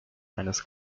eines